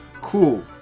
Cool